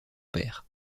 père